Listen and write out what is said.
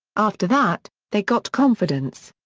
after that, they got confidence.